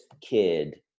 kid